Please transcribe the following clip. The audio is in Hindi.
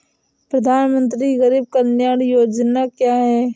प्रधानमंत्री गरीब कल्याण जमा योजना क्या है?